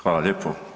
Hvala lijepo.